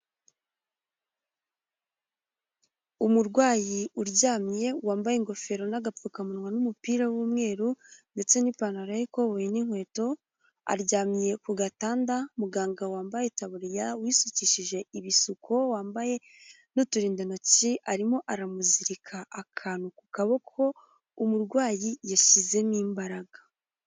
Umurwayi uryamye wambaye ingofero n'agapfukamunwa n'umupira w'umweru ndetse n'ipantaro y'ikoboye n'inkweto aryamye ku gatanda, muganga wambaye itaburiya wisukishije ibisuko wambaye n'uturindantoki arimo aramuzirika akantu ku kaboko, umurwayi yashyizemo imbaraga.